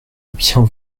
bien